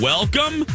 Welcome